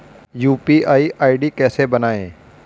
UPI ID कैसे बनाएं?